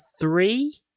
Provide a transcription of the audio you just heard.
three